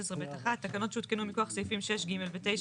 11 (ב') 1 תקנות שהותקנו מכוח סעיפים 6 (ג') ו-9